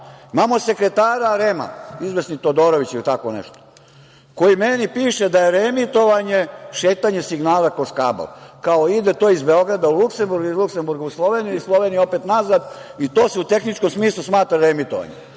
Imamo sekretara REM-a, izvesni Todorović ili tako nešto, koji meni piše da je reemitovanje šetanje signala kroz kabal. Kao, ide to iz Beograda u Luksemburg, iz Luksemburga u Sloveniju, iz Slovenije opet nazad i to se u tehničkom smislu smatra reemitovanjem.